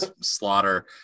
slaughter